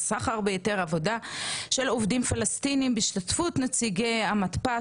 הסחר בהיתר עבודה של עובדים פלסטינים בהשתתפות נציגי המתפ"ש,